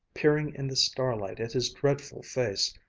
peering in the starlight at his dreadful face,